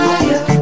Fire